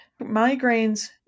Migraines